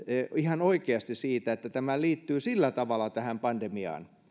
ihan oikeasti siitä että tämä liittyy sillä tavalla tähän pandemiaan